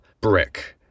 brick